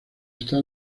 está